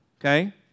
Okay